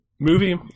movie